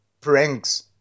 pranks